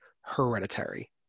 hereditary